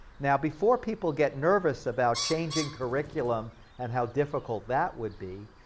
now before people get nervous about changing curriculum and how difficult that would be,